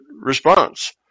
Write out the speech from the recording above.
response